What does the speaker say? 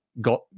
got